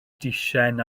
deisen